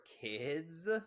kids